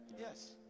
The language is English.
Yes